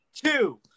two